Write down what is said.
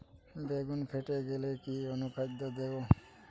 বেগুন ফেটে গেলে কি অনুখাদ্য দেবো?